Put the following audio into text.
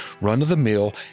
run-of-the-mill